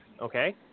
okay